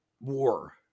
war